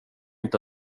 inte